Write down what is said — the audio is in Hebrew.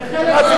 אי-אפשר,